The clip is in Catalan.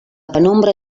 penombra